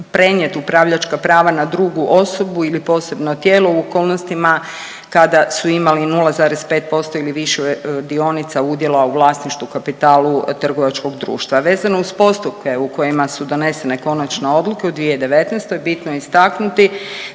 prenijeti upravljačka prava na drugu osobu ili posebno tijelo u okolnostima kada su imali 0,5% ili više dionica udjela u vlasništvu, kapitalu trgovačkog društva. Vezano uz postupke u kojima su donesene konačno odluke u 2019. bitno je istaknuti